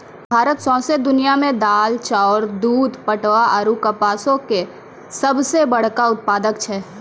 भारत सौंसे दुनिया मे दाल, चाउर, दूध, पटवा आरु कपासो के सभ से बड़का उत्पादक छै